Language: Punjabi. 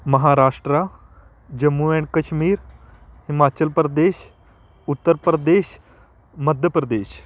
ਮਹਾਰਾਸ਼ਟਰਾ ਜੰਮੂ ਐਂਡ ਕਸ਼ਮੀਰ ਹਿਮਾਚਲ ਪ੍ਰਦੇਸ਼ ਉੱਤਰ ਪ੍ਰਦੇਸ਼ ਮੱਧ ਪ੍ਰਦੇਸ਼